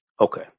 Okay